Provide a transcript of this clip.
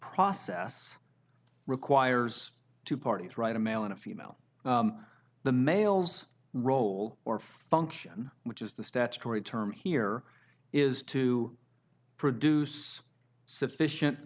process requires two parties right a male and a female the males role or function which is the statutory term here is to produce sufficient